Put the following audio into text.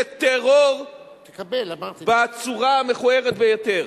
זה טרור בצורה המכוערת ביותר.